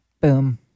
Boom